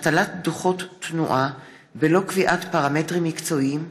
נוקשות של פקחי הרכבת הקלה בירושלים,